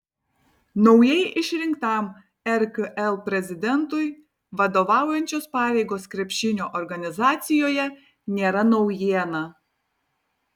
naujai išrinktam rkl prezidentui vadovaujančios pareigos krepšinio organizacijoje nėra naujiena